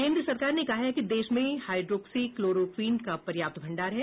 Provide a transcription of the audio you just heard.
केंद्र सरकार ने कहा है कि देश में हाइड्रोक्सी क्लोरोक्वीन का पर्याप्त भंडार है